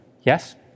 Yes